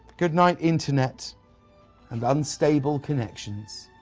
goodnight, internet and unstable connections